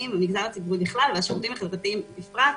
במגזר הציבורי בכלל והשירותים החברתיים בפרט,